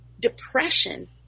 depression